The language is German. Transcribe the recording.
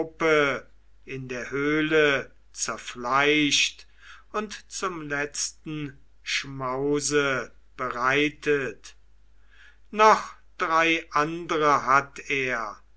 in der höhle zerfleischt und zum letzten schmause bereitet noch drei andere hatt er